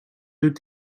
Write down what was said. deux